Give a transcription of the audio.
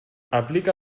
aplica